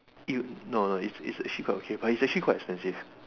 you no no it's it's actually quite okay but it's actually quite expensive